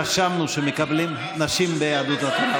רשמנו שמקבלים, נשים ביהדות התורה.